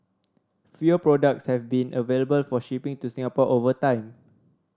fewer products have been available for shipping to Singapore over time